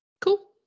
Cool